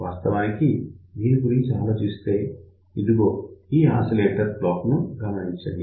వాస్తవానికి దాని గురించి ఆలోచిస్తే ఇదిగో ఈ ఆసిలేటర్ బ్లాక్ ను గమనించండి